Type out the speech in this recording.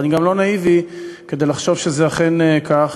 אבל אני גם לא נאיבי כדי לחשוב שזה אכן כך,